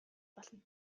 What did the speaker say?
болно